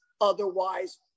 otherwise